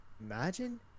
Imagine